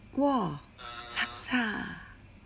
!wah! laksa ah